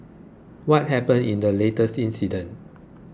what happened in the latest incident